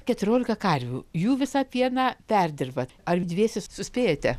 keturiolika karvių jų visą pieną perdirbat ar dviese suspėjate